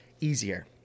easier